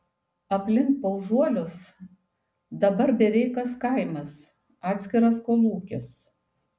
aplink paužuolius dabar beveik kas kaimas atskiras kolūkis